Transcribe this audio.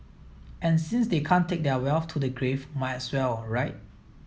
and since they can't take their wealth to the grave might as well right